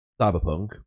Cyberpunk